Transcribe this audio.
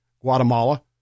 Guatemala